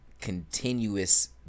continuous